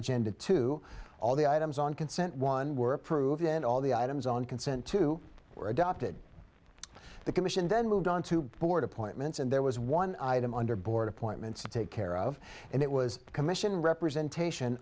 agenda to all the items on consent one were approved and all the items on consent to were adopted the commission then moved on to the board appointments and there was one item under board appointments to take care of and it was commission representation